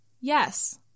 Yes